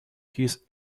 his